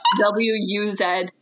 W-U-Z